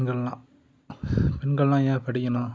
பெண்கள்லாம் பெண்கள்லாம் ஏன் படிக்கணும்